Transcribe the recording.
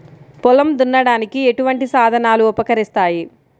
పొలం దున్నడానికి ఎటువంటి సాధనాలు ఉపకరిస్తాయి?